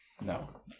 No